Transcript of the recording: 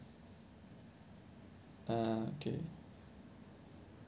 uh okay